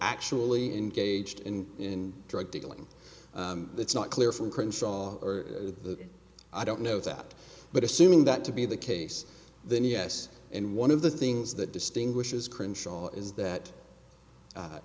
actually engaged in in drug dealing it's not clear from crenshaw or the i don't know that but assuming that to be the case then yes and one of the things that distinguishes crenshaw is that